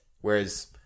whereas